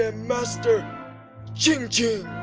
ah master ching ching.